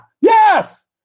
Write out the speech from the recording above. Yes